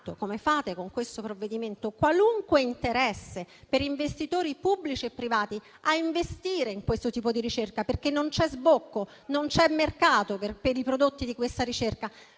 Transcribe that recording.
come fate con questo provvedimento - qualunque interesse di investitori pubblici e privati ad investire in questo tipo di ricerca, perché non c'è sbocco e non c'è il mercato per i prodotti di questa ricerca,